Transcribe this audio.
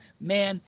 man